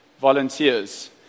volunteers